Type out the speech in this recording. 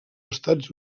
estats